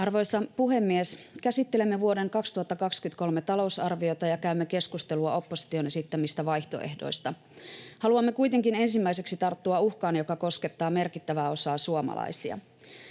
Arvoisa puhemies! Käsittelemme vuoden 2023 talousarviota ja käymme keskustelua opposition esittämistä vaihtoehdoista. Haluamme kuitenkin ensimmäiseksi tarttua uhkaan, joka koskettaa merkittävää osaa suomalaisia.